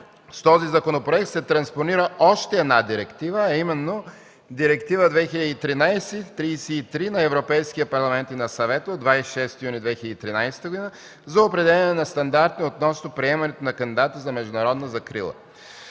С този законопроект се транспонира още една директива, а именно Директива 2013/33/ЕС на Европейския парламент и на Съвета от 26 юни 2013 г. за определяне на стандарти относно приемането на кандидати за международна закрила.